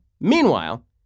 meanwhile